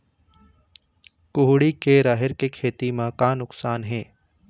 कुहड़ी के राहेर के खेती म का नुकसान हे?